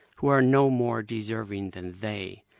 who are no more deserving than they.